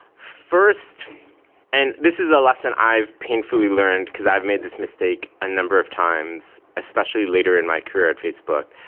first and this is a lesson i've painfully learned, because i've made this mistake a number of times, especially later in my career at facebook.